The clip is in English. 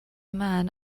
man